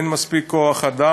אין מספיק עמדות כוח-אדם.